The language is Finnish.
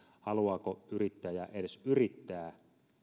haluaako yrittäjä edes yrittää